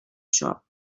shop